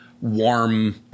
Warm